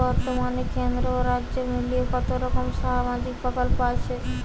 বতর্মানে কেন্দ্র ও রাজ্য মিলিয়ে কতরকম সামাজিক প্রকল্প আছে?